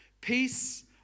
Peace